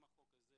בנושא כשל תמורה,